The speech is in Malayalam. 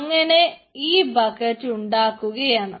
അങ്ങനെ ഈ ബക്കറ്റ് ഉണ്ടാക്കുകയാണ്